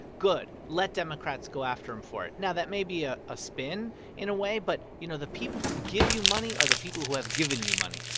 good. let democrats go after him for it. now, that may be ah a spin in a way. but, you know, the people who give you money are the people who have given you money.